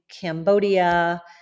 Cambodia